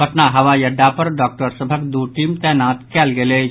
पटना हवाई अड्डा पर डॉक्टर सभक दू टीम तैनात कयल गेल अछि